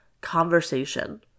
conversation